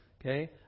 Okay